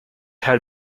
had